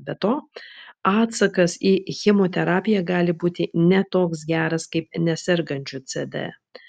be to atsakas į chemoterapiją gali būti ne toks geras kaip nesergančių cd